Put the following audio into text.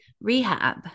rehab